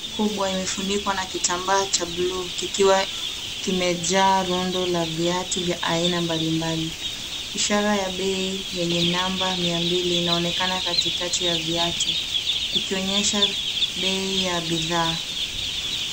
Kubwa imefunikwa na kitambaa cha bluu kikiwa kimejaa rundo la viatu vya aina mbali mbali ishara ya bei yenye namba Mia mbili inaonekana katikati ya viatu ikionyesha bei ya bidhaa.